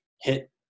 hit